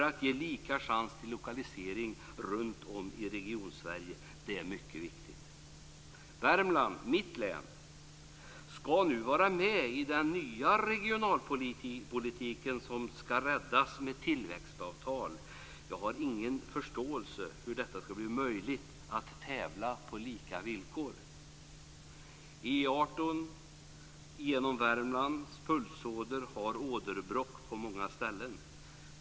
Att ge lika chans till lokalisering runt om i Regionsverige är mycket viktigt. Värmland, mitt hemlän, skall nu vara med i den nya regionalpolitiken och skall räddas med tillväxtavtal. Jag kan inte förstå hur det skall bli möjligt att tävla på lika villkor. E 18 genom Värmlands pulsåder har åderbråck på många ställen.